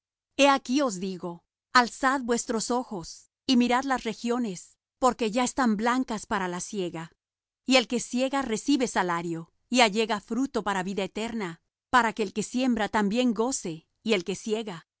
he aquí os digo alzad vuestros ojos y mirad las regiones porque ya están blancas para la siega y el que siega recibe salario y allega fruto para vida eterna para que el que siembra también goce y el que siega